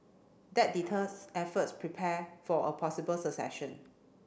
that deters efforts prepare for a possible succession